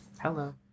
Hello